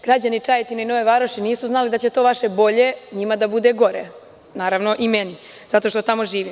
Građani Čajetine i Nove Varoši nisu znali da će to vaše bolje, njima da budu gore, naravno i meni, zato što tamo živim.